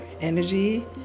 energy